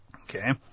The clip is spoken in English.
Okay